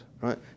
right